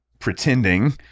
pretending